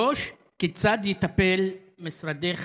3. כיצד יטפל משרדך